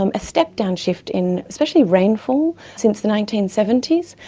um a step-down shift in especially rainfall since the nineteen seventy s,